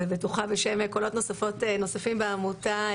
ובטוחה בשם קולות נוספים בעמותה,